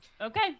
Okay